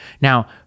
Now